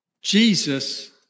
Jesus